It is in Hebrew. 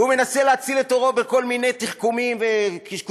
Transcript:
הוא מנסה להציל את עורו בכל מיני תחכומים וקשקושים.